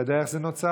אתה יודע איך זה נוצר?